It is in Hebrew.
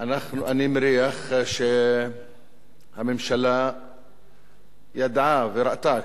אני מניח שהממשלה ידעה וראתה,